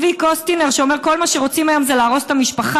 צבי קוסטינר אומר: "כל מה שרוצים היום זה להרוס את המשפחה";